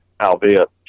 albeit